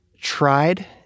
tried